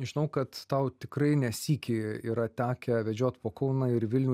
žinau kad tau tikrai ne sykį yra tekę vedžiot po kauną ir vilnių